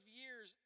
years